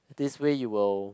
this way you will